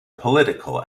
political